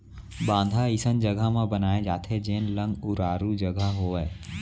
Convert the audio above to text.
बांधा अइसन जघा म बनाए जाथे जेन लंग उरारू जघा होवय